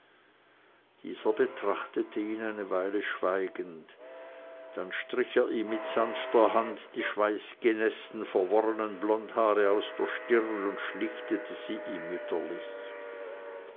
dieser betrachtete ihn eine weile schweigend dann strich er ihm mit sanfter hand die schweißgenäßten verworrenen blondhaare aus der stirn und schlichtete sie ihm mütterlich